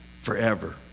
forever